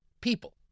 people